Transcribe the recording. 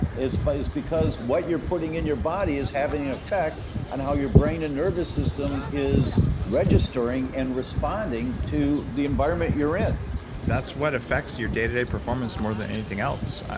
it's but yeah because what you're putting in your body is having an effect on how your brain and nervous system is registering and responding to the environment you're in that's what affects your day to day performance more than anything else.